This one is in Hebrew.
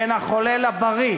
בין החולה לבריא,